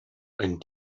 ein